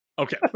Okay